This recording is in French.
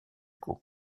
quo